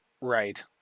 Right